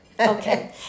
okay